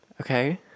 okay